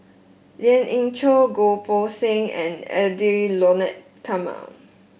Lien Ying Chow Goh Poh Seng and Edwy Lyonet Talma